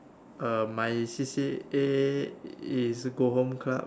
uh my C_C_A is go home club